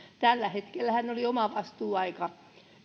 tällä hetkellähän oli omavastuuaika